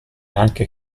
anche